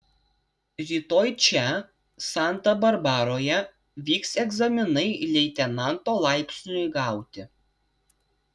rytoj čia santa barbaroje vyks egzaminai leitenanto laipsniui gauti